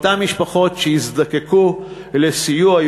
אותן משפחות שיזדקקו לסיוע.